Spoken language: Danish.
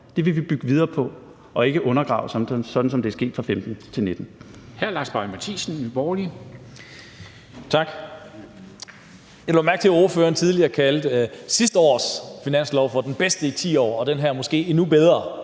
Det vil vi bygge videre på og ikke undergrave, sådan som det er sket fra 2015 til 2019.